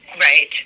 right